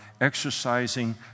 exercising